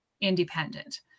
independent